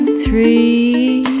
three